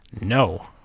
no